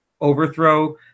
overthrow